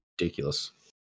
ridiculous